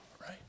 right